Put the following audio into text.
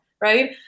Right